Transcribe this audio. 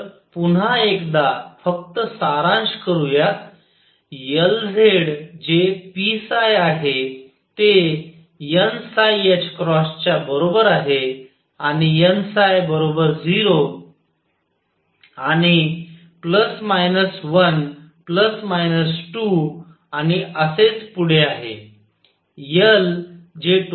तर पुन्हा एकदा फक्त सारांश करूयात Lz जे p आहे ते n च्या बरोबर आहे आणि n 0 आणि ±1 ±2 आणि असेच पुढे आहे